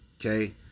Okay